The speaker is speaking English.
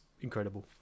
incredible